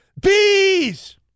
Bees